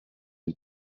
une